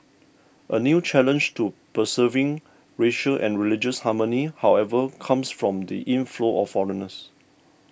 a new challenge to preserving racial and religious harmony however comes from the inflow of foreigners